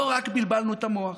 לא רק בלבלנו את המוח,